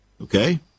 Okay